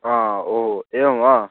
आ ओ एवं वा